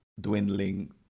dwindling